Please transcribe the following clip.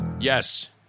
Yes